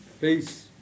Peace